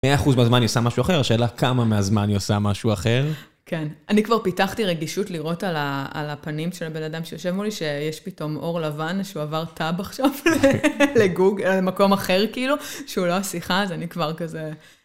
מאה אחוז מהזמן היא עושה משהו אחר, שאלה כמה מהזמן היא עושה משהו אחר. כן. אני כבר פיתחתי רגישות לראות על הפנים של הבן אדם שיושב מולי, שיש פתאום אור לבן, שהוא עבר טאב עכשיו לגוג, למקום אחר כאילו, שהוא לא השיחה, אז אני כבר כזה...